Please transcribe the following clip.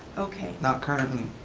okay. not currently.